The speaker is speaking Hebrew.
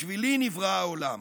בשבילי נברא העולם".